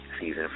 Season